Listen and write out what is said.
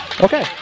Okay